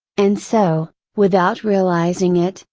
and so, without realizing it,